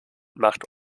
macht